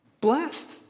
blessed